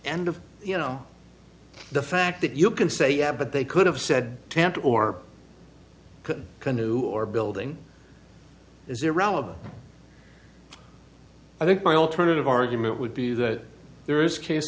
of you know the fact that you can say yeah but they could have said tant or could canoe or building is irrelevant i think my alternative argument would be that there is case